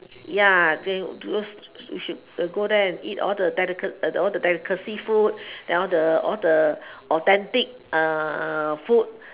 ya go we should go there and eat all the deli~ all the delicacies food all the all the authentic food